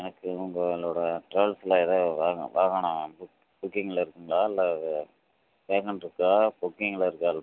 எனக்கு உங்களோட ட்ராவல்ஸ்ல எதாது வாக வாகனம் புக் புக்கிங்ல இருக்குதுங்களா இல்லை வேகன் இருக்கா புக்கிங்ல இருக்கா